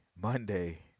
Monday